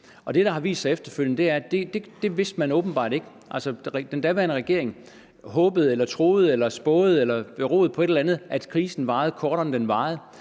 har vist sig, er, at det vidste man åbenbart ikke. Den daværende regering håbede eller troede eller spåede, at krisen ville vare kortere, end den varede.